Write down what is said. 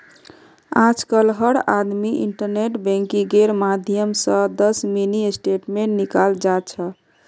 आजकल हर आदमी इन्टरनेट बैंकिंगेर माध्यम स दस मिनी स्टेटमेंट निकाल जा छ